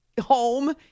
home